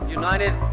united